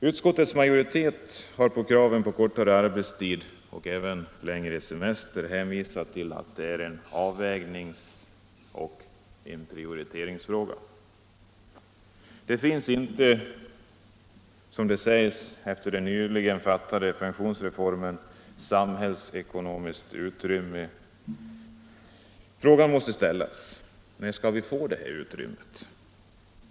Utskottets majoritet har med anledning av kraven på kortare arbetstid och längre semester hänvisat till att det gäller avvägningsoch prioriteringsfrågor. Det finns inte — enligt vad som sägs efter den nyligen beslutade pensionsreformen — samhällsekonomiskt utrymme. Frågan måste ställas: När får vi detta utrymme?